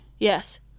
Yes